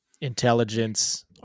intelligence